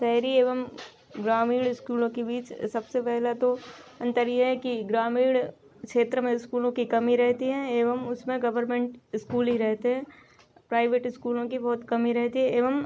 शहरी एवं ग्रामीण स्कूलों के बीच सबसे पहला तो अंतर यह है कि ग्रामीण क्षेत्र में स्कूलों की कमी रहती है एवं उसमें गवर्मेन्ट इस्कूल ही रहते हैं प्राइवेट स्कूलों की बहुत कमी रहती हैं एवं